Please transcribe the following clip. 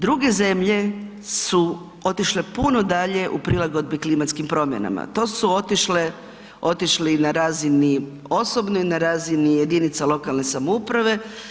Druge zemlje su otišle puno dalje u prilagodbi klimatskim promjenama, to su otišli na razini osobnoj, na razini jedinica lokalne samouprave.